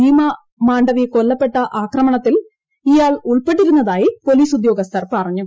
ഭീമ മാണ്ഡവി കൊല്ലപ്പെട്ട ആക്രമണത്തിൽ ഇയാൾ ഉൾപ്പെട്ടിരുന്നതായി പൊലീസ് ഉദ്യോഗസ്ഥർ പറഞ്ഞു